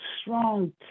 strong